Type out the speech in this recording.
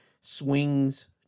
swings